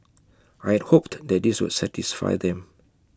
I hoped that this would satisfy them